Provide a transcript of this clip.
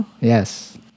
Yes